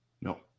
no